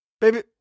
baby